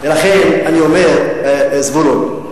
ולכן אני אומר, זבולון,